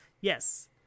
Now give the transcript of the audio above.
Yes